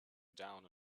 down